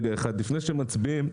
רון, לפני שמצביעים,